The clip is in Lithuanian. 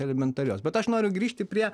elementarios bet aš noriu grįžti prie